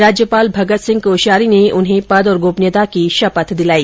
राज्यपाल भगत सिंह कोश्यारी ने उन्हें पद और गोपनीयता की शपथ दिलाई